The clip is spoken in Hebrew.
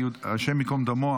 השם ייקום דמו,